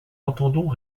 entendons